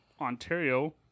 Ontario